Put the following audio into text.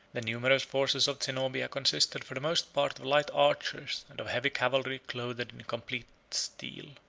the numerous forces of zenobia consisted for the most part of light archers, and of heavy cavalry clothed in complete steel.